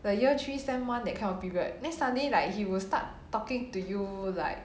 the year three sem one that kind of period then suddenly like he will start talking to you like